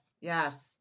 Yes